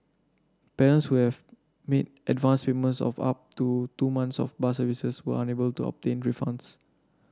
parents who have made advanced payments of up to two months of bus services were unable to obtain refunds